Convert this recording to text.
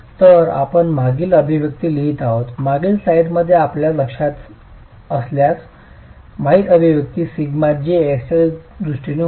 तर आपण मागील अभिव्यक्ती लिहित आहोत मागील स्लाइडमध्ये आपल्यास लक्षात असल्यास मागील अभिव्यक्ती σjx च्या दृष्टीने होती